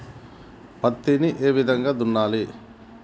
పత్తిని ఏ విధంగా దున్నాలి?